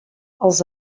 els